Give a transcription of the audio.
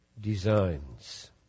designs